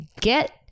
get